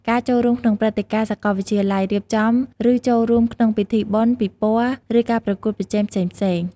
ការចូលរួមក្នុងព្រឹត្តិការណ៍សាកលវិទ្យាល័យ: រៀបចំ ឬចូលរួមក្នុងពិធីបុណ្យ ពិព័រណ៍ ឬការប្រកួតប្រជែងផ្សេងៗ។